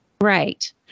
Right